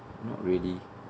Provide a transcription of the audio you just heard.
not really